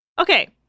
Okay